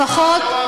לפחות,